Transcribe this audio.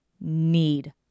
need